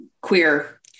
queer